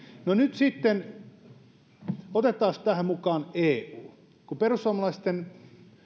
no nyt sitten otetaan tähän mukaan eu kun perussuomalaisten